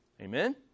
Amen